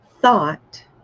thought